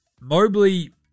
Mobley